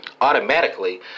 automatically